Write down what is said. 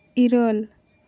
ᱤᱨᱟᱹᱞ